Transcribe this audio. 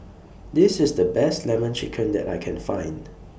This IS The Best Lemon Chicken that I Can Find